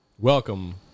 Welcome